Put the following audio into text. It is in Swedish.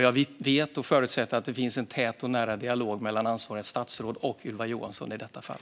Jag vet och förutsätter att det finns en tät och nära dialog mellan ansvarigt statsråd och Ylva Johansson i detta fall.